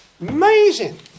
Amazing